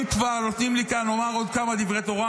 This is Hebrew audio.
אם כבר נותנים לי כאן לומר עוד כמה דברי תורה,